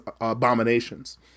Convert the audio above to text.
abominations